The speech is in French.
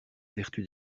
vertu